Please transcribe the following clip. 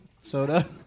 Soda